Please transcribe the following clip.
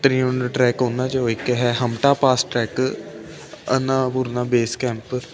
Tryon trek ਉਹਨਾਂ 'ਚੋਂ ਇੱਕ ਹੈ ਹਮਟਾ ਪਾਸ ਟਰੈਕ ਅਨਾ ਪੁਰਨਾ ਬੇਸ ਕੈਂਪ